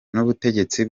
n’ubutegetsi